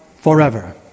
forever